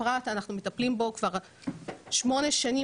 בפרט אנחנו מטפלים כבר שמונה שנים,